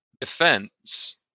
defense